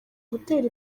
gutera